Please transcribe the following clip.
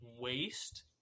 Waste